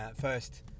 first